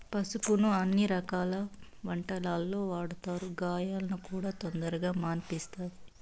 పసుపును అన్ని రకాల వంటలల్లో వాడతారు, గాయాలను కూడా తొందరగా మాన్పిస్తది